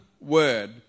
word